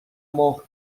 مهر